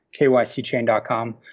kycchain.com